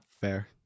Fair